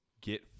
Get